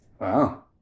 Wow